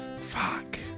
Fuck